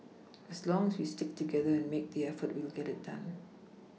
as long as we stick together and make the effort we will get it done